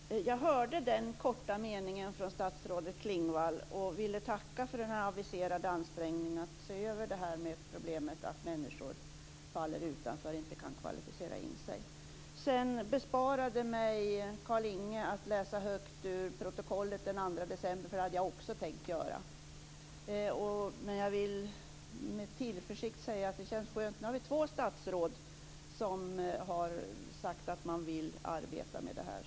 Herr talman! Jag hörde den korta meningen från statsrådet Klingvall och vill tacka för den aviserade ansträngningen för att gå igenom problemet att människor faller utanför och inte kan kvalificera in sig. Carlinge besparade mig att läsa högt ur protokollet från den 2 december. Också jag hade tänkt göra det. Jag vill med tillförsikt säga att det känns skönt - nu har två statsråd sagt att man vill arbeta med det här.